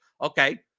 Okay